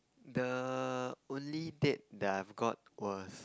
the only date that I've got was